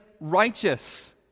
righteous